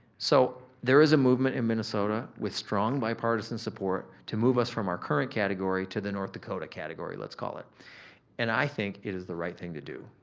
so, there is a movement in minnesota with strong bipartisan support to move us from our current category to the north dakota category, let's call it and i think it is the right thing to do.